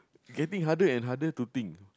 getting harder and harder to think